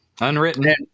unwritten